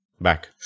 back